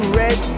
red